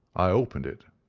i opened it,